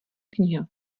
kniha